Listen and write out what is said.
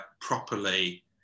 properly